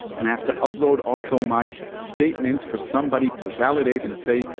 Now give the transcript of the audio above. and i have to upload also my statements for somebody to validate and say,